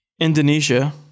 Indonesia